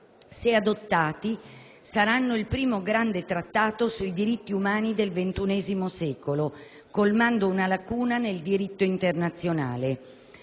il 3 maggio 2008. È il primo grande Trattato sui diritti umani del XXI secolo, colmando una lacuna nel diritto internazionale.